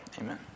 Amen